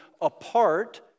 apart